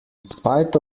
spite